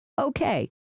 Okay